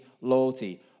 loyalty